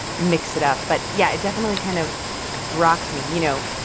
mix it up. but yeah, it definitely kind of rocked me, you know?